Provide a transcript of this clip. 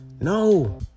No